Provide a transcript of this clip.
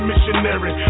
Missionary